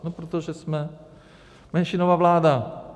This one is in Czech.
No protože jsme menšinová vláda.